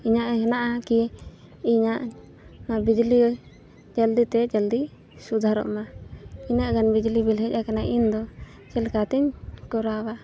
ᱤᱧᱟᱹᱜ ᱦᱮᱱᱟᱜᱼᱟ ᱠᱤ ᱤᱧᱟᱹᱜ ᱵᱤᱡᱽᱞᱤ ᱡᱚᱞᱫᱤ ᱛᱮ ᱡᱚᱞᱫᱤ ᱥᱩᱫᱷᱟᱹᱨᱚᱜ ᱢᱟ ᱤᱱᱟᱹ ᱜᱟᱱ ᱵᱤᱡᱽᱞᱤ ᱵᱤᱞ ᱦᱮᱡ ᱟᱠᱟᱱᱟ ᱤᱧ ᱫᱚ ᱪᱮᱫ ᱞᱮᱠᱟᱛᱤᱧ ᱠᱚᱨᱟᱣᱟ